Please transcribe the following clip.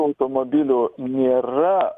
automobilių nėra